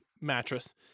mattress